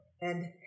and